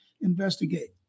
investigate